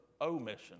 omission